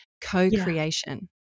co-creation